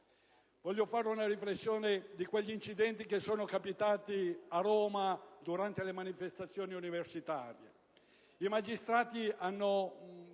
Voglio fare una riflessione sugli incidenti occorsi a Roma durante le manifestazioni universitarie.